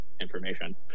information